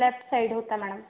left side होता madam